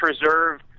preserve